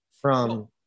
from-